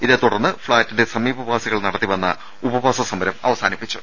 ഇതേതു ടർന്ന് ഫ്ളാറ്റിന്റെ സമീപവാസികൾ നടത്തിവന്ന ഉപ വാസ സമരം അവസാനിപ്പിച്ചു